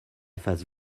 face